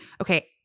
okay